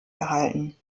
erhalten